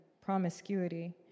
promiscuity